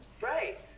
Right